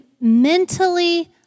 mentally